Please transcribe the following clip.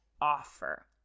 offer